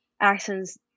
accents